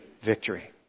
victory